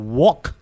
walk